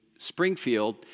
Springfield